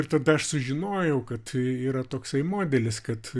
ir tada aš sužinojau kad yra toksai modelis kad